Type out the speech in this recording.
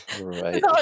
Right